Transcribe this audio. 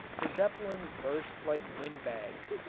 the zeppelins burst like wind bags,